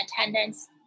attendance